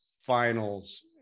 Finals